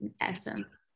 essence